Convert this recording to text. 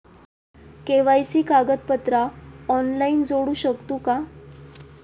KYC कागदपत्रा online जोडू शकतू का?